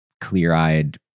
clear-eyed